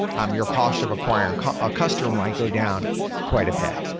um your cost of acquiring a customer might go down quite a bit.